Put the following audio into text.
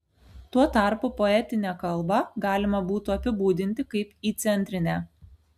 tuo tarpu poetinę kalbą galima būtų apibūdinti kaip įcentrinę